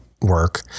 work